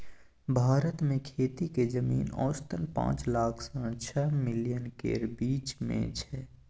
भारत मे खेतीक जमीन औसतन पाँच लाख सँ छअ मिलियन केर बीच मे छै